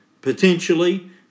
potentially